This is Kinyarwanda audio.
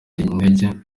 integer